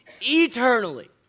eternally